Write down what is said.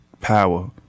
power